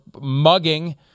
mugging